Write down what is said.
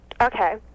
Okay